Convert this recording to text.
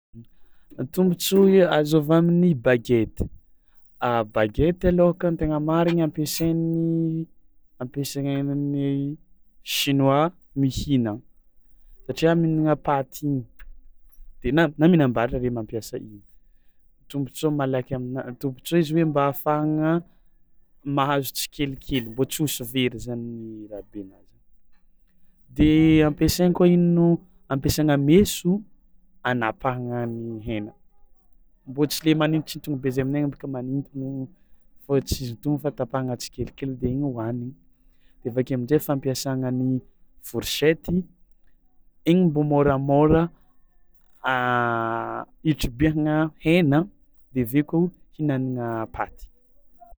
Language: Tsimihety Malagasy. Tombontsoa azo avy amin'ny bagety a bagety alôhaka tegna marigny ampiasainy ampiasaigna any amin'ny chinois mihinagna satria mihinagna paty igny de na na mihinam-bary zare mampiasa igny, tombontsoa malaky amina- tombontsoa izy hoe mba ahafahagna majazo tsikelikely mbô tsy hosy very zany ny rahabenazy zany de ampiasainy koa ino no ampiasaina meso anapahagna ny hena mbô tsy le manintontsintony be izy aminay agny bôka manintogno fao tsy izy dono fa tapahagna tsikelikely de igny hohanigny de avy ake amin-jay fampiasagna ny forsety igny mbô môramôra itribihagna hena de avy eo koa ihinagnana paty.